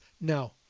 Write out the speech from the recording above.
No